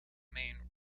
main